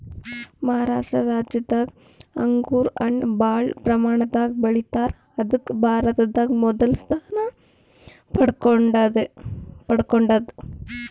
ಮಹಾರಾಷ್ಟ ರಾಜ್ಯದಾಗ್ ಅಂಗೂರ್ ಹಣ್ಣ್ ಭಾಳ್ ಪ್ರಮಾಣದಾಗ್ ಬೆಳಿತಾರ್ ಅದಕ್ಕ್ ಭಾರತದಾಗ್ ಮೊದಲ್ ಸ್ಥಾನ ಪಡ್ಕೊಂಡದ್